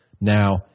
now